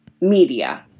media